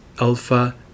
alpha